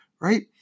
right